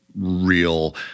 real